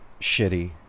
shitty